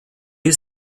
use